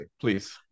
please